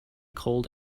cold